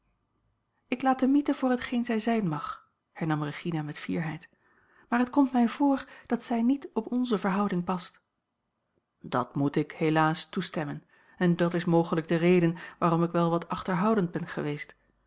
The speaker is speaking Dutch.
ik laat de mythe voor hetgeen zij zijn mag hernam regina met fierheid maar het komt mij voor dat zij niet op onze verhouding past dat moet ik helaas toestemmen en dat is mogelijk de reden waarom ik wel wat achterhoudend ben geweest